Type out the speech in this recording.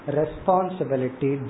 responsibility